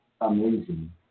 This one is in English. amazing